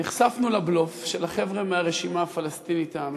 נחשפנו לבלוף של החבר'ה מהרשימה הפלסטינית המשותפת,